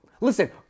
Listen